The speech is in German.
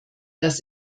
das